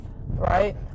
right